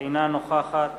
אינה נוכחת